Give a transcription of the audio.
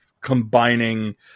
combining